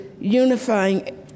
unifying